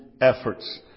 efforts